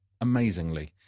amazingly